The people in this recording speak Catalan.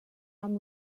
amb